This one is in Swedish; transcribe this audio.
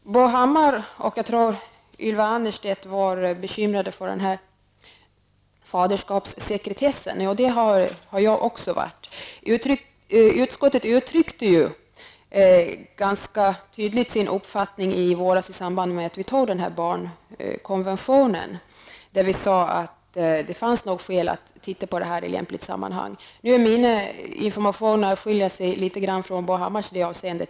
Bo Hammar och även Ylva Annerstedt var bekymrade över faderskapssekretessen. Det har också jag varit. Utskottet uttryckte ju ganska tydligt sin uppfattning i våras i samband med att vi antog barnkonventionen, då vi sade att det nog fanns skäl att se över detta i lämpligt sammanhang. Mina informationer skiljer sig litet grand från Bo Hammars i detta avseende.